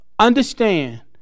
Understand